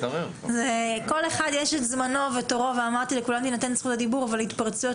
לכולם תינתן זכות הדיבור אבל התפרצויות